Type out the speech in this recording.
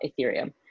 Ethereum